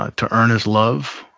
ah to earn his love,